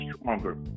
stronger